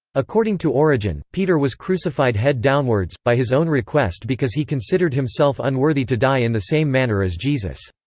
according to origen, peter was crucified head downwards, by his own request because he considered himself unworthy to die in the same manner as jesus.